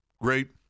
great